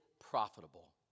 profitable